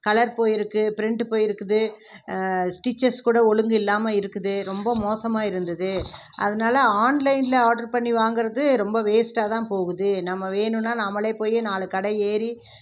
colour போயிருக்குது print போயிருக்குது stitches கூட ஒழுங்கில்லாம இருக்குது ரொம்ப மோசமாக இருந்தது அதுனால் ஆன்லைனில் ஆட்ரு பண்ணி வாங்கிறது ரொம்ப வேஸ்ட்டாகதான் போகுது நம்ம வேணுனால் நாமளே போய் நாலு கடை ஏறி